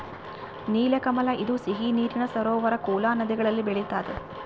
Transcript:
ನೀಲಕಮಲ ಇದು ಸಿಹಿ ನೀರಿನ ಸರೋವರ ಕೋಲಾ ನದಿಗಳಲ್ಲಿ ಬೆಳಿತಾದ